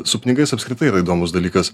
su pinigais apskritai yra įdomus dalykas